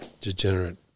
degenerate